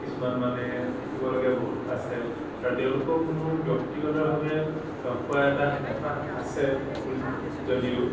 কিছুমান মানে শিকিবলগীয়া বহুত আছে আৰু তেওঁলোকক মোৰ ব্যক্তিগতভাৱে লগ পোৱাৰ এটা হেঁপাহ আছে যদিও